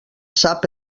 sap